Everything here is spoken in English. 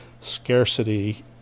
scarcity